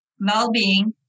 well-being